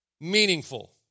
Meaningful